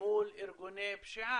מול ארגוני פשיעה,